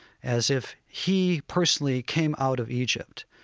as if he personally came out of egypt.